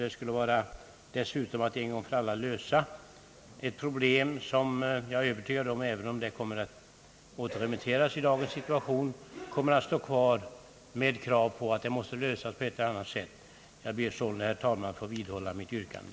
Det skulle dessutom innebära att man en gång för alla löste ett problem som jag är övertygad om kommer att stå kvar — även om ärendet skulle återremitteras i dagens situation — med krav på att det löses på ett eller annat sätt. Jag ber således, herr talman, att få vidhålla mitt yrkande.